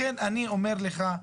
לכן אני אומר לך,